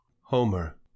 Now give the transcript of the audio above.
Homer